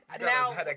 Now